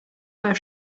where